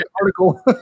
Article